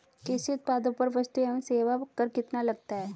कृषि उत्पादों पर वस्तु एवं सेवा कर कितना लगता है?